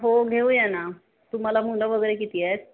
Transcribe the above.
हो घेऊया ना तुम्हाला मुलं वगैरे किती आहेत